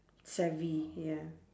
savvy ya